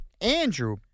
Andrew